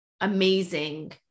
amazing